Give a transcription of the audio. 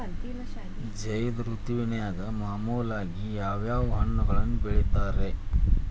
ಝೈದ್ ಋತುವಿನಾಗ ಮಾಮೂಲಾಗಿ ಯಾವ್ಯಾವ ಹಣ್ಣುಗಳನ್ನ ಬೆಳಿತಾರ ರೇ?